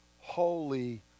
holy